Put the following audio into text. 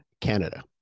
Canada